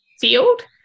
field